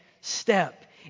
step